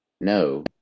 no